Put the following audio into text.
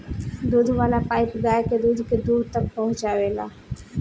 दूध वाला पाइप गाय के दूध के दूर तक पहुचावेला